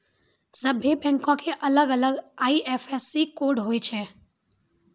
सभ्भे बैंको के अलग अलग आई.एफ.एस.सी कोड होय छै